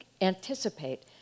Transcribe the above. anticipate